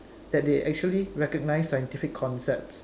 that they actually recognize scientific concepts